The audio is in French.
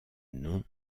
nom